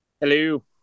Hello